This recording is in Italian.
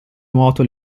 nuoto